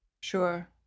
Sure